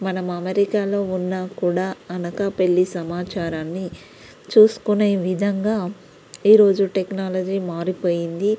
మనం అమెరికాలో ఉన్నా కూడా అనకాపల్లి సమాచారాన్ని చూసుకునే విధంగా ఈరోజు టెక్నాలజీ మారిపోయింది